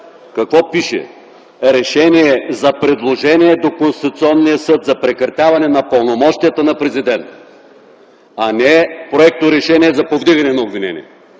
какво пише – „Решение за предложение до Конституционния съд за прекратяване на пълномощията на Президента”, а не „Проект на решение за повдигане на обвинение”.